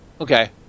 Okay